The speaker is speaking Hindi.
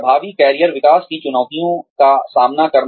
प्रभावी करियर विकास की चुनौतियों का सामना करना